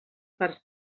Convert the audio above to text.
per